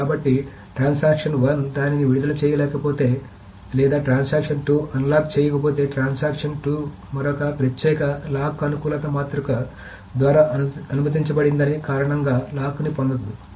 కాబట్టి ట్రాన్సాక్షన్ 1 దానిని విడుదల చేయకపోతే లేదా ట్రాన్సాక్షన్ 2 అన్లాక్ చేయకపోతే ట్రాన్సాక్షన్ 2 మరొక ప్రత్యేక లాక్ అనుకూలత మాతృక ద్వారా అనుమతించబడని కారణంగా లాక్ని పొందదు